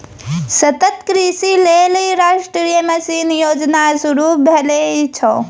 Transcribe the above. सतत कृषिक लेल राष्ट्रीय मिशन योजना शुरू भेल छै